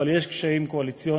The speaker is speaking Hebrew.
אבל יש קשיים קואליציוניים.